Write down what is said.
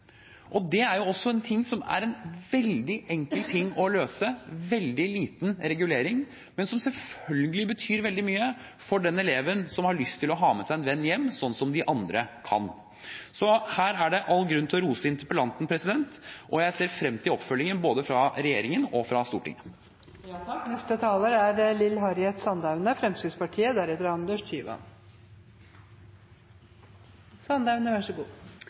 som er veldig enkelt å løse, en veldig liten regulering, men som selvfølgelig betyr veldig mye for den eleven som har lyst til å ha med seg en venn hjem, sånn som de andre kan. Så her er det all grunn til å rose interpellanten, og jeg ser frem til oppfølgingen både fra regjeringen og Stortinget. Det er nok dessverre liten tvil om at blinde og svaksyntes rettigheter etter opplæringsloven er